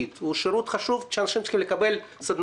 לתת את השירות המשלים הזה ולא לשלוח את